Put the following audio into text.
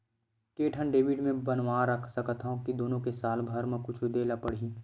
के ठन डेबिट मैं बनवा रख सकथव? का दुनो के साल भर मा कुछ दे ला पड़ही?